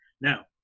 Now